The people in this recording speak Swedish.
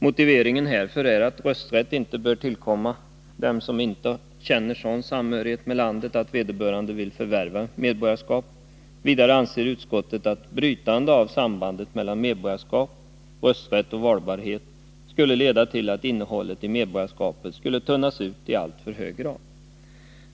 Motiveringen härför är att rösträtt inte bör tillkomma dem som inte känner sådan samhörighet med landet att vederbörande vill förvärva medborgarskap. Vidare anser utskottet att brytandet av sambandet mellan medborgarskap, å ena sidan, och rösträtt och valbarhet, å andra sidan, skulle leda till att innehållet i medborgarskapet skulle tunnas ut i alltför hög grad.